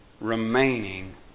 remaining